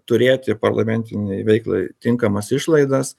turėti parlamentinei veiklai tinkamas išlaidas